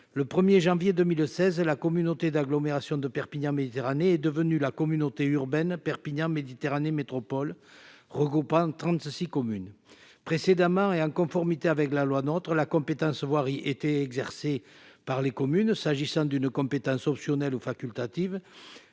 le 1er janvier 2016, la communauté d'agglomération de Perpignan Méditerranée est devenue la communauté urbaine Perpignan Méditerranée métropole regroupant 30 ceci communes précédemment et en conformité avec la loi notre la compétence voirie étaient exercées par les communes, s'agissant d'une compétences optionnelles ou facultatives